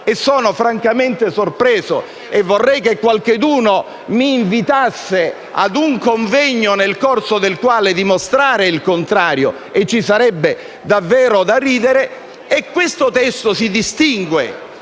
Sono francamente sorpreso e vorrei che qualcheduno mi invitasse ad un convegno nel corso del quale dimostrare il contrario (ci sarebbe davvero da ridere). Questo testo si distingue